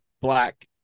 black